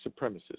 supremacists